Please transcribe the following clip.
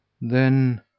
Then